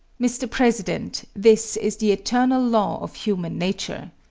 mr. president, this is the eternal law of human nature.